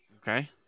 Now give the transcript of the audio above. Okay